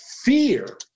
fear